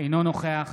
אינו נוכח